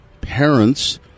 parents